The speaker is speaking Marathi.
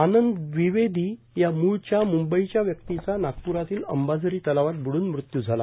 आनंद दविवेदी हया मूळच्या मूंबईच्या व्यक्तीचा नागप्रातील अंबाझरी तलावात ब्डुन मृत्यू झाला